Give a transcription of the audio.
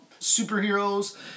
superheroes